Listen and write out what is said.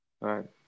Right